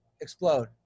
explode